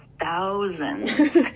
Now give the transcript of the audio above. thousands